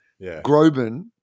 Groban